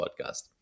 Podcast